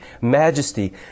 majesty